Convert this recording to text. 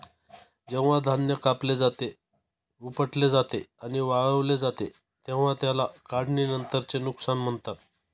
जेव्हा धान्य कापले जाते, उपटले जाते आणि वाळवले जाते तेव्हा त्याला काढणीनंतरचे नुकसान म्हणतात